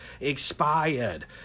expired